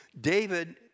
David